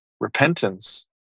repentance